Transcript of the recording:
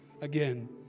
again